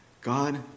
God